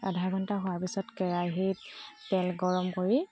আধা ঘণ্টা হোৱাৰ পাছত কেৰাহিত তেল গৰম কৰি